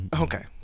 Okay